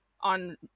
on